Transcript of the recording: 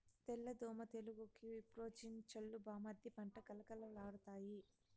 తెల్ల దోమ తెగులుకి విప్రోజిన్ చల్లు బామ్మర్ది పంట కళకళలాడతాయి